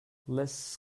less